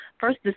first